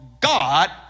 God